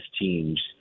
teams